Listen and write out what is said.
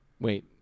Wait